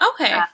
Okay